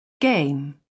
game